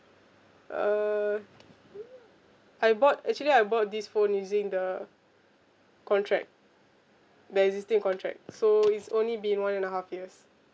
uh I bought actually I bought this phone using the contract the existing contract so it's only be one and a half years